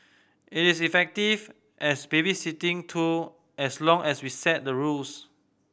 it is effective as babysitting tool as long as we set the rules